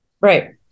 Right